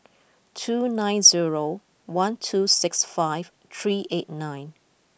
two nine zero one two six five three eight nine